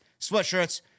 sweatshirts